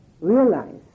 realize